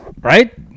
Right